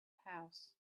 house